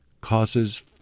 causes